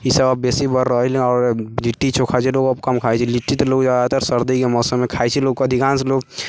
ई सभ बेसी बढ़ि रहल हय आओर लिट्टी चोखा जे लोग आब कम खाइ छै लिट्टी तऽ लोग जादातर सर्दीके मौसममे खाइ छै लोग अधिकांश लोग